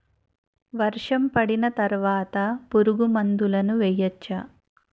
వర్షం పడిన తర్వాత పురుగు మందులను వేయచ్చా?